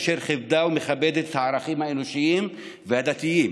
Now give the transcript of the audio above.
אשר כיבדה ומכבדת את הערכים האנושיים והדתיים.